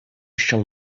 shall